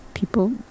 People